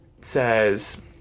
says